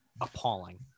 appalling